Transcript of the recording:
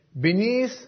Beneath